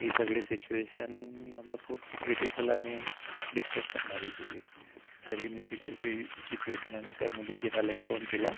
ही सगळी सिच्युएशन मला खूप क्रिटिकल आणि डिस्टब करणारी गेली तरी मी तिचे ती सिच्युएशन आणि त्या मुलीची हालत पाहून तिला